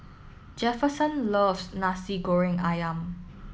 Jefferson loves Nasi Goreng Ayam